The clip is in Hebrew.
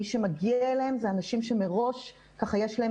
מי שמגיע אליהן זה אנשים שמראש יש להם